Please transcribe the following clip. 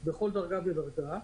בכל דרגה ודרגה,